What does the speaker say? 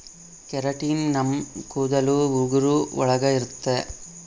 keratin ನಮ್ ಕೂದಲು ಉಗುರು ಒಳಗ ಇರುತ್ತೆ